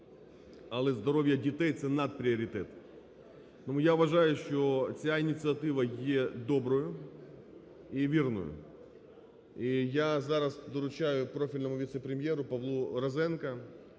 але здоров'я дітей – це надпріоритет. Тому я вважаю, що ця ініціатива є доброю і вірною. І я зараз доручаю профільному віце-прем'єру Павлу Розенку